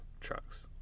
trucks